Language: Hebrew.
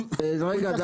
רגע,